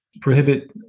prohibit